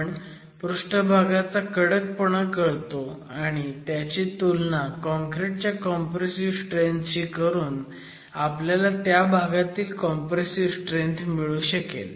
पण पृष्ठभागाचा कडकपणा कळतो आणि त्याची तुलना काँक्रिट च्या कॉम्प्रेसिव्ह स्ट्रेंथ शी करून आपल्याला त्या भागातली कॉम्प्रेसिव्ह स्ट्रेंथ मिळू शकेल